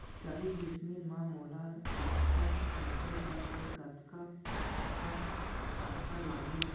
चालीस डिसमिल म मोला राखड़ छिंचे बर हे कतका काठा राखड़ लागही?